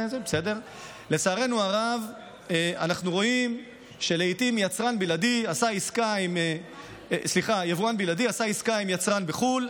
אנחנו רואים שלעיתים יבואן בלעדי עשה עסקה עם יצרן בחו"ל,